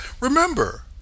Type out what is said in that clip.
Remember